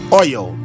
oil